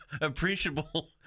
appreciable